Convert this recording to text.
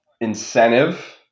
incentive